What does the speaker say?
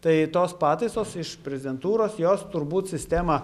tai tos pataisos iš prezidentūros jos turbūt sistemą